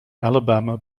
alabama